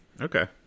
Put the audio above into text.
Okay